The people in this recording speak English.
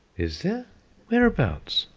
is whereabouts?